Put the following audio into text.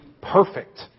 perfect